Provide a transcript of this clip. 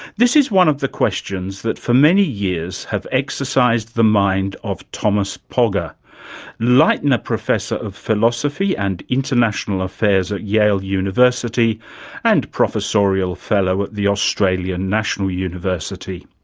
this is one of the questions that for many years have exercised the mind of thomas pogge, and leitner professor of philosophy and international affairs at yale university and professorial fellow at the australian national university.